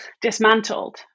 dismantled